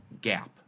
gap